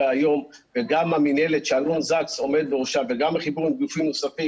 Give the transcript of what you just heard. היום וגם המינהלת שאלון זקס עומד בראשה וגם החיבור עם גופים נוספים,